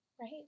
right